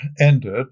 ended